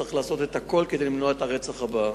צריך לעשות הכול כדי למנוע את הרצח הבא.